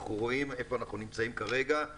אנחנו רואים איפה אנחנו נמצאים כרגע,